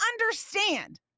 understand